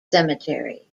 cemetery